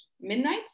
midnight